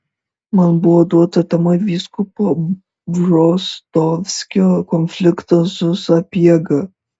man buvo duota tema vyskupo bžostovskio konfliktas su sapiega